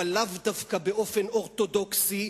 אבל לאו דווקא באופן אורתודוקסי,